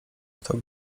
kto